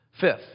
Fifth